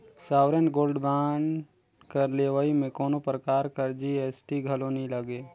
sovereign gold bond कर लेवई में कोनो परकार कर जी.एस.टी घलो नी लगे